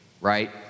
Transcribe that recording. right